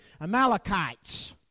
Amalekites